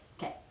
Okay